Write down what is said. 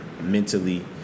mentally